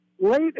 late